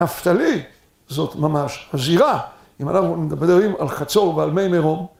‫הפתלי, זאת ממש חזירה, ‫אם אנחנו מדברים על חצור ועל מי מרום.